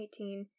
2018